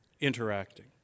interacting